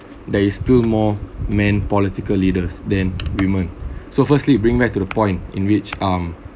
there is still more men political leaders than women so firstly bring back to the point in which um